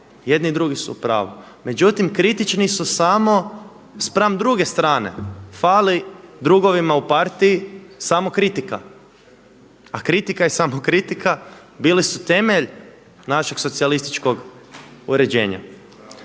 jedni i drugi su upravu. Međutim kritični su samo spram druge strane, fali drugovima u partiji samokritika, a kritika i samokritika bili su temelj našeg socijalističkog uređenja.